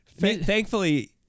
Thankfully